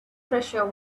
treasure